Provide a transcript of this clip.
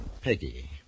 Peggy